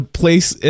place